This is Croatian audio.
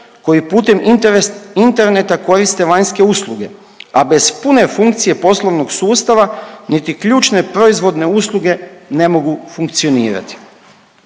koji putem interneta koriste vanjske usluge, a bez pune funkcije poslovnog sustava niti ključne proizvodne usluge ne mogu funkcionirati.